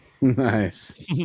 Nice